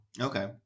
Okay